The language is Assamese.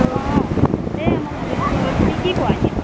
অঁ সেয়ে মই ভাবিছোঁ আৰু তুমি কি কোৱা এতিয়া